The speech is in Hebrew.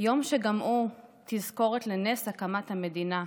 יום שגם הוא תזכורת לנס הקמת המדינה,